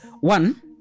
One